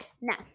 Now